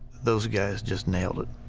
those guys just nailed it.